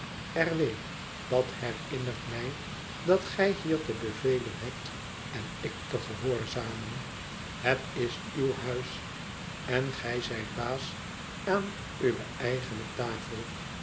w dat herinnert mij dat gij hier te bevelen hebt en ik te gehoorzamen het is uw huis en gij zijt baas aan uwe eigene tafel